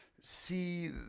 see